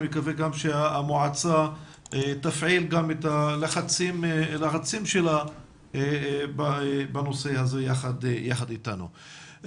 אני מקווה גם שהמועצה תפעיל את הלחצים שלה בנושא הזה יחד איתנו.